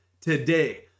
today